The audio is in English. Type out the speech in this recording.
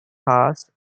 pass